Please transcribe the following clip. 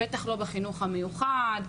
בטח לא בחינוך המיוחד,